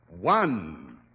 One